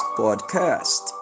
podcast